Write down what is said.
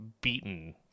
beaten